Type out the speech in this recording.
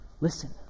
Listen